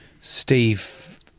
Steve